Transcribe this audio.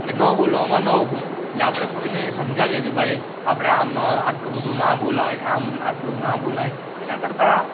કે ન બોલવામાં નવ ગુણ એટલે આપણે કોઈને સમજાવીએ કે ભાઈ આપણે આમ ન આટલું બધું ના બોલાય આમ આટલું ના બોલાય એના કરતાં